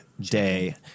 day